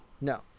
No